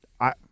I-